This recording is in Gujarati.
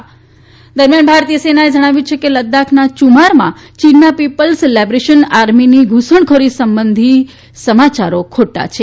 સેના ચીન દરમિયાન ભારતીય સેનાએ જણાવ્યું છે કે લદાખના યુમારમાં ચીનના પીપલ્સ લિબરેશન આર્મીની ધુસણખોરી સંબંધી સમાયારો ખોટા છે